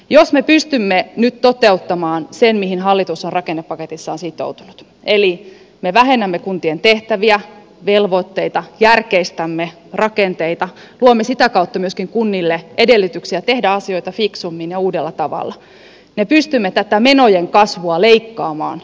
jos me pystymme nyt toteuttamaan sen mihin hallitus on rakennepaketissaan sitoutunut eli me vähennämme kuntien tehtäviä velvoitteita järkeistämme rakenteita luomme sitä kautta myöskin kunnille edellytyksiä tehdä asioita fiksummin ja uudella tavalla me pystymme tätä menojen kasvua leikkaamaan miljardilla